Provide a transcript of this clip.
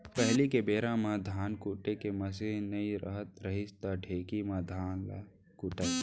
पहिली के बेरा म धान कुटे के मसीन नइ रहत रहिस त ढेंकी म धान ल कूटयँ